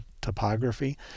topography